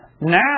Now